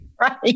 Right